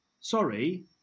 Sorry